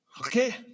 Okay